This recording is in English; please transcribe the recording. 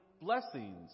blessings